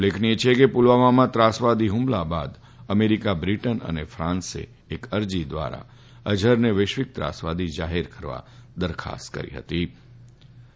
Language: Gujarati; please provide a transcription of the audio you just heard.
ઉલ્લેખનિથ છે કે પુલવામામાં ત્રાસવાદી ફમલા બાદ અમેરિકા બ્રિટન અને ફાન્સે એક અરજી દ્વારા અઝફરને વૈશ્વિક ત્રાસવાદી જાહેર કરવા દરખાસ્ત કરી ફતી